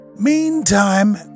Meantime